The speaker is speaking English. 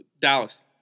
Dallas